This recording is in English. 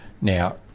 Now